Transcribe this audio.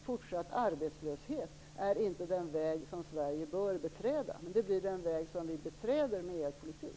Fortsatt arbetslöshet är inte den väg som Sverige bör beträda. Men det blir den väg som vi beträder med er politik.